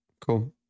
Cool